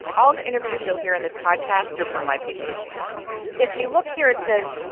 all the interviews you'll hear in this podcast are from my piece for cnn if you look here, it says,